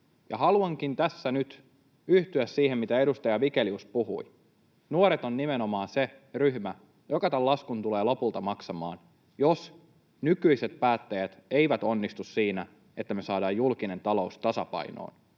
Haluankin tässä nyt yhtyä siihen, mistä edustaja Vigelius puhui. Nuoret on nimenomaan se ryhmä, joka tämän laskun tulee lopulta maksamaan, jos nykyiset päättäjät eivät onnistu siinä, että me saadaan julkinen talous tasapainoon